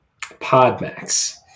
PodMax